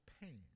pain